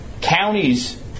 counties